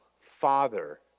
father